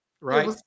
right